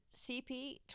CP